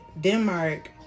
denmark